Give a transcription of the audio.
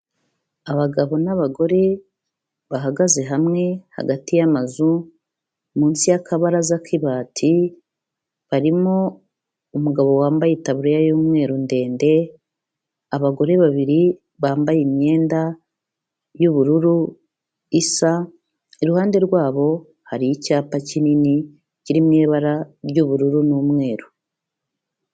Abagabo n'abagore bahagaze hamwe hagati yamazu mu nsi y'akabaraza k'ibati, barimo umugabo wambaye itaburiya y'umweru ndende, abagore babiri bambaye imyenda y'ubururu isa, iruhande rwabo hari icyapa kinini kiri mu ibara ry'ubururu n'umweru.